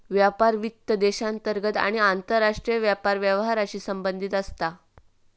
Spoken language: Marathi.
व्यापार वित्त देशांतर्गत आणि आंतरराष्ट्रीय व्यापार व्यवहारांशी संबंधित असता